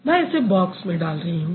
मैं इसे बॉक्स में डाल रही हूँ